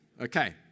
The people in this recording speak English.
Okay